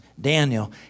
Daniel